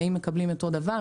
והאם מקבלים אותו דבר,